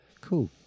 Cool